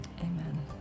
Amen